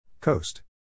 Coast